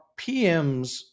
PMs